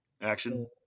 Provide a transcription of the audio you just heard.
action